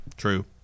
true